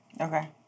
Okay